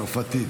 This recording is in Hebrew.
צרפתית,